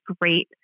great